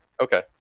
okay